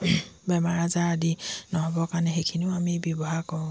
বেমাৰ আজাৰ আদি নহ'বৰ কাৰণে সেইখিনিও আমি ব্যৱহাৰ কৰোঁ